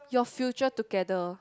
your future together